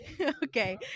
Okay